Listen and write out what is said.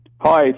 Hi